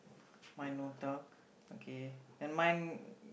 mine no tell okay then mine